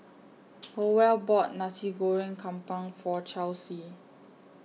Howell bought Nasi Goreng Kampung For Charlsie